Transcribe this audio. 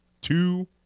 two